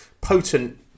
potent